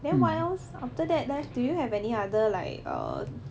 then what else after that then do you have any other like err